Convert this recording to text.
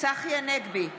צחי הנגבי,